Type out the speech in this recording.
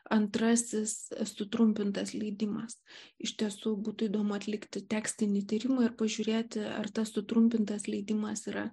antrasis sutrumpintas leidimas iš tiesų būtų įdomu atlikti tekstinį tyrimą ir pažiūrėti ar tas sutrumpintas leidimas yra